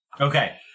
Okay